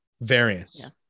variance